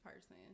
person